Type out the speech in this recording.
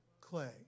clay